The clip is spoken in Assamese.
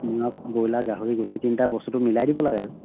মাছ ব্ৰইলাৰ গাহৰি গোটেই তিনিটা বস্তুটো মিলাই দিব লাগে আৰু